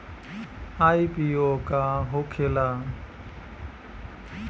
IPO का होखेला?